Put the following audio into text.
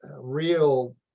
real